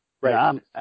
Right